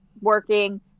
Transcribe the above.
working